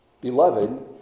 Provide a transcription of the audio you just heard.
Beloved